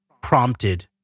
prompted